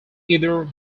either